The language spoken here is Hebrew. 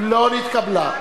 לא נתקבלה.